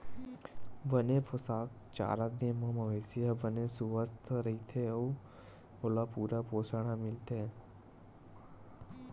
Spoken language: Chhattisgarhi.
बने पोसक चारा दे म मवेशी ह बने सुवस्थ रहिथे अउ ओला पूरा पोसण ह मिलथे